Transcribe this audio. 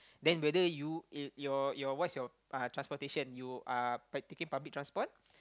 then whether you it your your what's your uh transportation you are by taking public transport